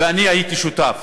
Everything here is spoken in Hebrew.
ואני הייתי שותף